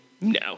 No